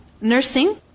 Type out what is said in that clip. nursing